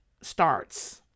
starts